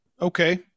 Okay